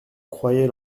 croyait